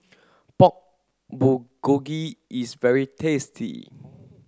Pork Bulgogi is very tasty